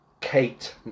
Kate